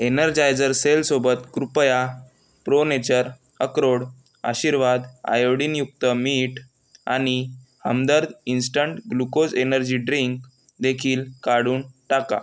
Energizer सेलसोबत कृपया ProNature अक्रोड आशीर्वाद आयोडीनयुक्त मीठ आणि हमदर्द इन्स्टंट ग्लुकोज एनर्जी ड्रिंकदेखील काढून टाका